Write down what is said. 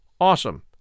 Awesome